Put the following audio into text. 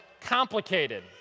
complicated